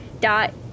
dot